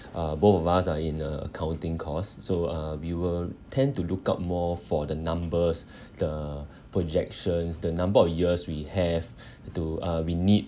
uh I think uh both of us are in uh accounting course so uh we will tend to look out more for the numbers the projections the number of years we have do uh we need